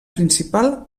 principal